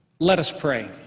let us pray.